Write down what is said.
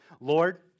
Lord